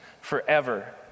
forever